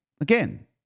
again